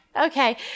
Okay